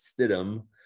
Stidham